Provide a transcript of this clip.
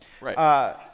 Right